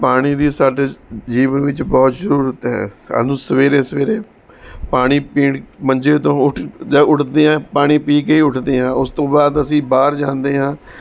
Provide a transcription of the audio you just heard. ਪਾਣੀ ਦੀ ਸਾਡੇ ਜੀਵਨ ਵਿੱਚ ਬਹੁਤ ਜ਼ਰੂਰਤ ਹੈ ਸਾਨੂੰ ਸਵੇਰੇ ਸਵੇਰੇ ਪਾਣੀ ਪੀਣ ਮੰਜੇ ਤੋਂ ਉੱਠਦੇ ਉੱਠਦਿਆਂ ਪਾਣੀ ਪੀ ਕੇ ਹੀ ਉੱਠਦੇ ਹਾਂ ਉਸ ਤੋਂ ਬਾਅਦ ਅਸੀਂ ਬਾਹਰ ਜਾਂਦੇ ਹਾਂ